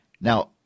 Now